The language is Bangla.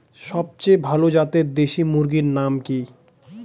সবচেয়ে ভালো জাতের দেশি মুরগির নাম কি?